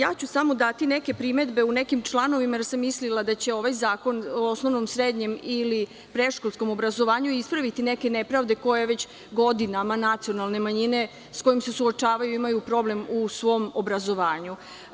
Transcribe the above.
Daću samo primedbe u nekim članovima, jer sam mislila da će ovaj zakon o osnovnom, srednjem ili predškolskom obrazovanju ispraviti neke nepravde sa kojima se već godinama nacionalne manjine suočavaju, imaju problem u svom obrazovanju.